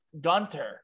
Gunter